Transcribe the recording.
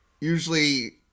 usually